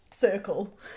circle